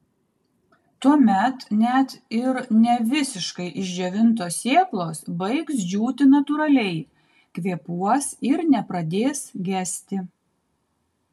tuomet net ir ne visiškai išdžiovintos sėklos baigs džiūti natūraliai kvėpuos ir nepradės gesti